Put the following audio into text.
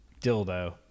Dildo